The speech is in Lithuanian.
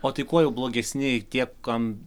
o tai kuo jau blogesni tie kam